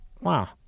Wow